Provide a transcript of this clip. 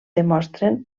demostren